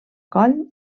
coll